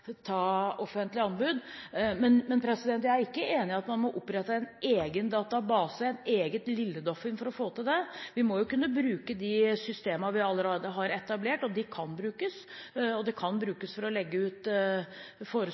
Jeg er ikke enig i at man må opprette en egen database, et eget Lille Doffin, for å få det til. Vi må kunne bruke de systemene vi allerede har etablert, og de kan brukes. De kan brukes for å legge ut